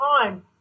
time